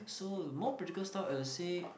so more practical stuff I would say